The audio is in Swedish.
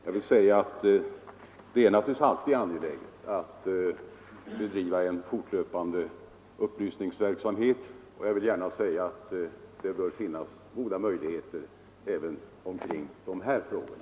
Jag vill säga att det naturligtvis alltid är angeläget att bedriva en fortlöpande upplysningsverksamhet och jag vill också tillägga att det naturligtvis bör finnas goda möjligheter även i de här frågorna.